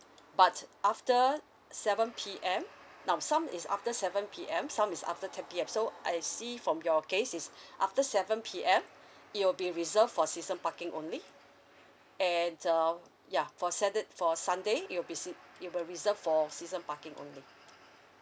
but after seven P_M now some is after seven P_M some is after ten P_M I see from your case is after seven P_M it will be reserved for season parking only and uh ya for satur~ for sunday it will be sea~ it will reserve for season parking only